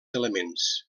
elements